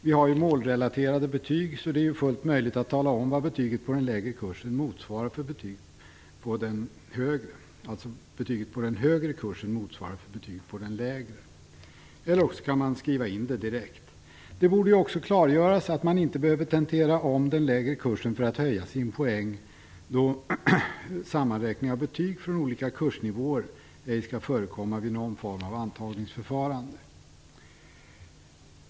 Vi har ju målrelaterade betyg, så det är fullt möjligt att tala om vad betyget på den högre kursen motsvarar för betyg på den lägre, eller man kan också skriva in det direkt. Det borde också klargöras att man inte behöver tentera om den lägre kursen för att höja sina poäng då sammanräkning av betyg från olika kursnivåer ej skall förekomma vid någon form av antagningsförfarande.